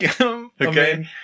okay